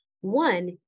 One